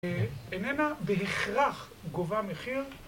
איננה בהכרח גובה מחיר